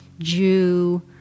Jew